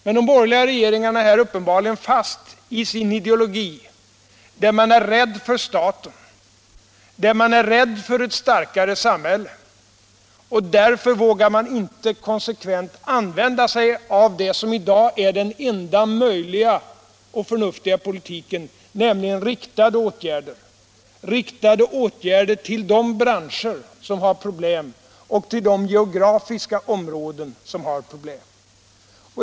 Men den borgerliga regeringen är uppenbarligen fast i sin ideologi som innebär att man är rädd för staten och för ett starkare samhälle, och därför vågar man inte konsekvent tillämpa den i dag enda möjliga och förnuftiga politiken, nämligen riktade åtgärder till de branscher och geografiska områden som har problem.